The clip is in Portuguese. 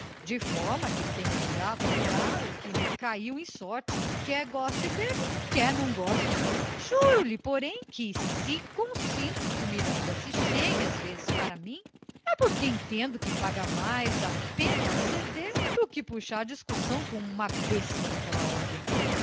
de forma que tenho de aturar o que me caiu em sorte quer goste dele quer não goste juro-lhe porém que se consinto que o miranda se chegue às vezes para mim é porque entendo que paga mais à pena ceder do que puxar discussão com uma besta daquela ordem